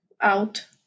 out